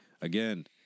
Again